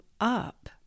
up